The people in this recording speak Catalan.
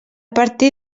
partir